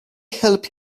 helped